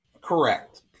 Correct